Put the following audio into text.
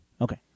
okay